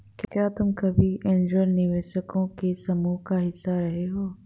क्या तुम कभी ऐन्जल निवेशकों के समूह का हिस्सा रहे हो?